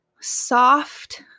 soft